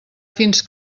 fins